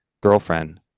girlfriend